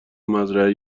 مزرعه